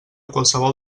qualsevol